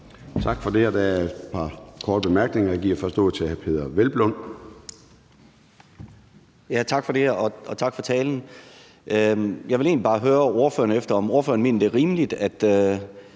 Tak for det. Der er et par korte bemærkninger. Jeg giver først ordet til hr. Peder Hvelplund. Kl. 11:08 Peder Hvelplund (EL): Tak for det, og tak for talen. Jeg vil egentlig bare høre ordføreren, om ordføreren mener, det er rimeligt, at